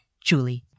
Julie